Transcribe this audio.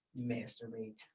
Masturbate